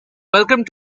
welcome